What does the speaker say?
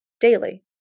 daily